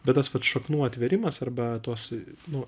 bet tas pats šaknų atvėrimas arba tos nu